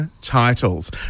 Titles